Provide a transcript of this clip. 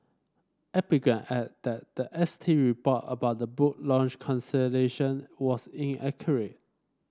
epigram added that the S T report about the book launch cancellation was inaccurate